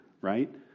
right